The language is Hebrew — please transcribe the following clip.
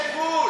יש גבול.